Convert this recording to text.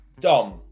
Dom